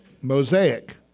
Mosaic